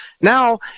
Now